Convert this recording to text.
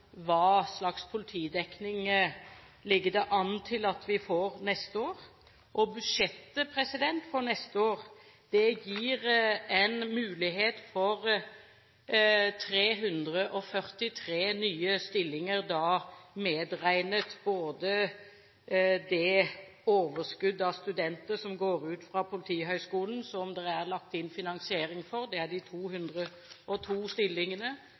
hva slags politidekning det ligger an til at vi får neste år. Budsjettet for neste år gir en mulighet for 343 nye stillinger, da medregnet både det overskudd av studenter som går ut fra Politihøgskolen, som det er lagt inn finansiering for – de 202 stillingene,